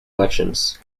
elections